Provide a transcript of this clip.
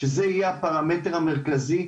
שזה יהיה הפרמטר המרכזית,